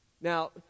Now